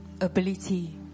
ability